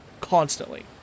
constantly